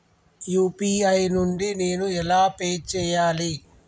UPI నుండి నేను ఎలా పే చెయ్యాలి?